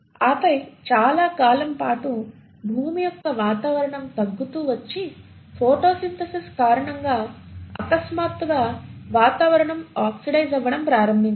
ఆపై చాలా కాలం పాటు భూమి యొక్క వాతావరణం తగ్గుతూ వచ్చి ఫోటో సింథసిస్ కారణంగా అకస్మాత్తుగా వాతావరణం ఆక్సిడైజ్ అవ్వడం ప్రారంభించింది